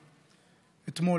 אתמול,